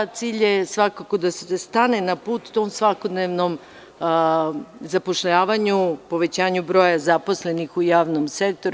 Cilj je, svakako, da se stane na put tom svakodnevnom zapošljavanju, povećanju broja zaposlenih u javnom sektoru.